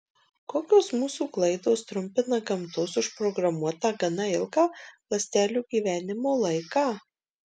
kokios mūsų klaidos trumpina gamtos užprogramuotą gana ilgą ląstelių gyvenimo laiką